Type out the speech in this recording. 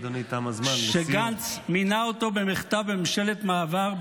שגנץ מינה אותו במחטף בממשלת מעבר,